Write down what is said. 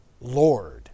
Lord